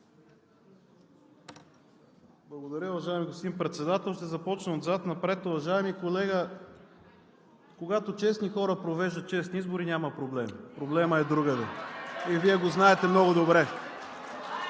Благодаря, уважаеми господин Председател. Ще започна отзад напред. Уважаеми колега, когато честни хора провеждат честни избори, няма проблем. Проблемът е другаде и Вие го знаете много добре.